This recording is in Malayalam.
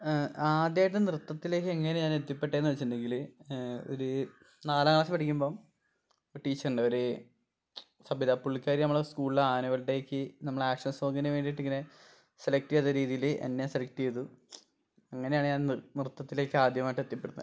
ആദ്യമായിട്ട് നൃത്തത്തിലേക്ക് എങ്ങനെ ഞാൻ എത്തിപ്പെട്ടത് എന്ന് വെച്ചിട്ടുണ്ടെങ്കിൽ ഒരു നാലാം ക്ലാസ് പഠിക്കുമ്പം ഒരു ടീച്ചറ് ഉണ്ട് ഒരു സബിതാ പുള്ളിക്കാരി നമ്മളെ സ്കൂളിലെ ആനുവൽ ഡേക്ക് നമ്മൾ ആക്ഷൻ സോങ്ന് വേണ്ടിയിട്ട് ഇങ്ങനെ സെലക്ട് ചെയ്ത രീതിയിൽ എന്നെ സെലക്ട് ചെയ്ത് അങ്ങനെയാണ് ഞാൻ നൃത്തത്തിലേക്ക് ആദ്യമായിട്ട് എത്തിപ്പെടുന്നത്